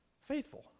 faithful